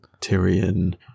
Tyrion